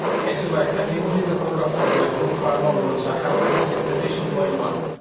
hey, subbaiah, can you increase the quota for like more firewall rules? i have microsegmentation going on.